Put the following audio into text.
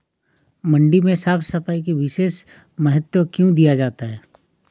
मंडी में साफ सफाई का विशेष महत्व क्यो दिया जाता है?